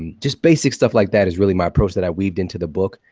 and just basic stuff like that is really my approach that i weaved into the book.